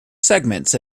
segments